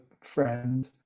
friend